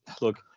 look